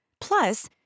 Plus